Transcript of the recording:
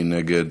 מי נגד?